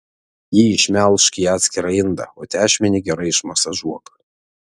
jį išmelžk į atskirą indą o tešmenį gerai išmasažuok